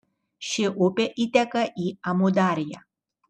ši upė įteka į amudarją